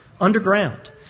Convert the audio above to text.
underground